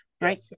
right